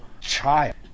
child